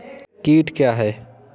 कीट क्या है?